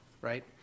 right